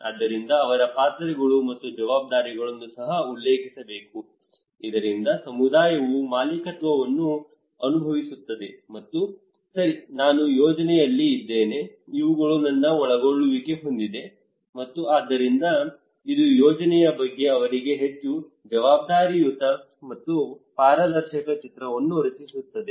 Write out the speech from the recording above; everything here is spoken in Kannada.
ಆದ್ದರಿಂದ ಅವರ ಪಾತ್ರಗಳು ಮತ್ತು ಜವಾಬ್ದಾರಿಗಳನ್ನು ಸಹ ಉಲ್ಲೇಖಿಸಬೇಕು ಇದರಿಂದ ಸಮುದಾಯವು ಮಾಲೀಕತ್ವವನ್ನು ಅನುಭವಿಸುತ್ತದೆ ಮತ್ತು ಸರಿ ನಾನು ಯೋಜನೆಯಲ್ಲಿ ಇದ್ದೇನೆ ಇವುಗಳು ನನ್ನ ಒಳಗೊಳ್ಳುವಿಕೆ ಹೊಂದಿದೆ ಮತ್ತು ಆದ್ದರಿಂದ ಇದು ಯೋಜನೆಯ ಬಗ್ಗೆ ಅವರಿಗೆ ಹೆಚ್ಚು ಜವಾಬ್ದಾರಿಯುತ ಮತ್ತು ಪಾರದರ್ಶಕ ಚಿತ್ರವನ್ನು ರಚಿಸುತ್ತದೆ